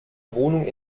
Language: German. wohnung